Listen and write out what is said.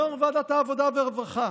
יו"ר ועדת העבודה והרווחה,